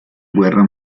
guerra